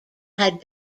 had